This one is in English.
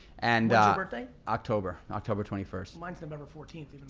and birthday? october, and october twenty first. mine's november fourteenth,